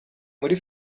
muri